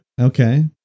Okay